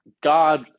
God